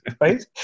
right